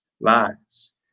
lives